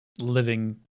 living